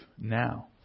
now